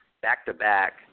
back-to-back